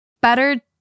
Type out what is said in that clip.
better